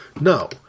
No